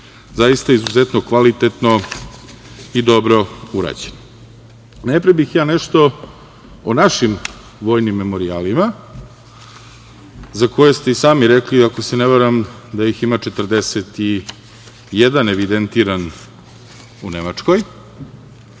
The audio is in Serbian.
zaista izuzetno kvalitetno i dobro urađen. Najpre bih ja nešto o našim vojnim memorijalima za koje ste i sami rekli, ako se ne varam, da ih ima 41 evidentiran u Nemačkoj.